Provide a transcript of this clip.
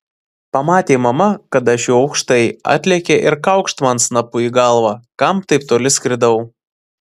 pamatė mama kad aš jau aukštai atlėkė ir kaukšt man snapu į galvą kam taip toli skridau